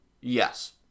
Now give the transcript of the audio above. Yes